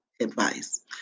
advice